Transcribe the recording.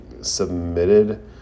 submitted